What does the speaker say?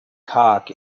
cock